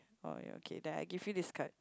oh ya okay then I give you this card